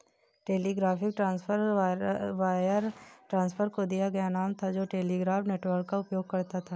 telegraphic transfer wire transfer को दिया गया नाम था जो टेलीग्राफ नेटवर्क का उपयोग करता था